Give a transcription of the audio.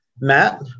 Matt